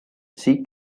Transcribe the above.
see